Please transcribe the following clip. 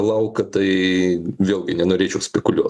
lauką tai vėlgi nenorėčiau spekuliuot